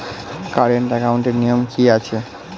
Current একাউন্টের নিয়ম কী আছে?